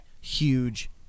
huge